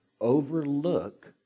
overlook